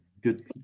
Good